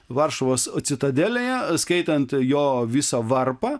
varšuvos citadelėje skaitant jo viso varpą